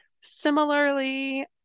similarly